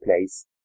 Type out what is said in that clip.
place